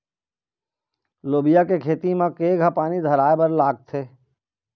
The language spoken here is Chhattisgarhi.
लोबिया के खेती म केघा पानी धराएबर लागथे?